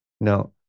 Now